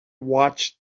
watched